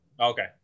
Okay